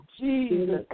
Jesus